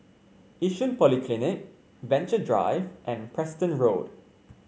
Yishun Polyclinic Venture Drive and Preston Road